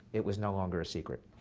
it was no longer a secret.